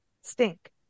stink